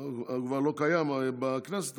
הוא כבר לא בכנסת,